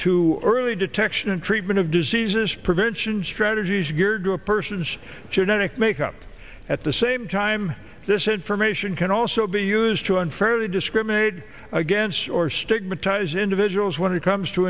to early detection and treatment of diseases prevention strategies geared to a person's genetic makeup at the same time this information can also be used to unfairly discriminated against or stigmatize individuals when it comes to